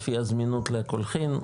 לפי הזמינות לקולחין,